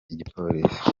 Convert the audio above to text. igipolisi